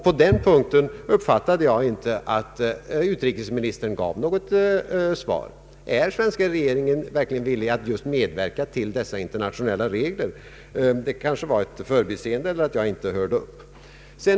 På denna punkt uppfattade jag inte att utrikesministern gav något svar. Är den svenska regeringen villig att medverka till just dessa internationella regler? Det kanske var ett förbiseende av utrikesministern eller att jag inte hörde upp.